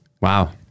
Wow